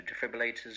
defibrillators